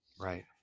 Right